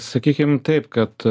sakykim taip kad